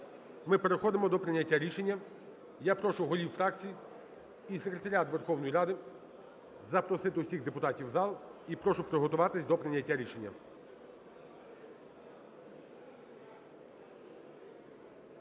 Ми переходимо до прийняття рішення. Я прошу голів фракцій і Секретаріат Верховної Ради запросити усіх депутатів в зал і прошу приготуватися до прийняття рішення.